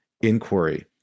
inquiry